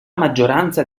maggioranza